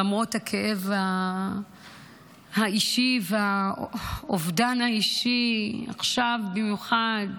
למרות הכאב האישי והאובדן האישי, ועכשיו במיוחד,